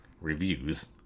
reviews